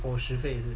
伙食费